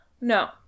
No